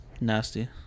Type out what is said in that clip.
nasty